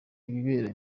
ibibera